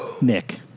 Nick